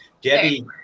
Debbie